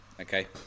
okay